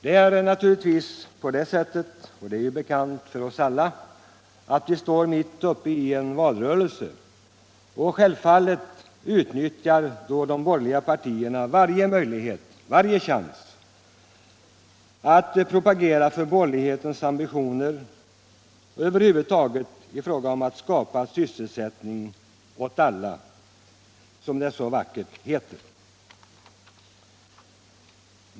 Det är ju bekant för alla att vi står mitt uppe i en valrörelse, och självfallet utnyttjar då de borgerliga partierna varje chans att propagera för borgerlighetens ambitioner över huvud taget att skapa sysselsättning åt alla, som det så vackert heter.